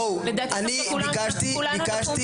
לדעתי אנחנו צריכים כולנו לקום וללכת.